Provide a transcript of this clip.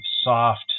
soft